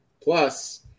Plus